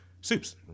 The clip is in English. soups